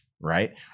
right